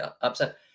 upset